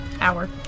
hour